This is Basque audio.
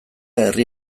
herri